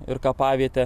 ir kapavietę